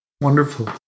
Wonderful